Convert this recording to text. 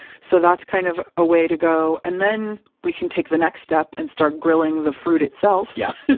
so, that's kind of a way to go and then we can take the next step and start grilling the fruit itself. yeah